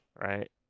right